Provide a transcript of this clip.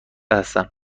هستم